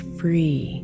free